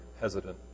hesitant